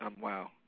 Wow